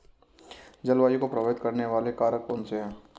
जलवायु को प्रभावित करने वाले कारक कौनसे हैं?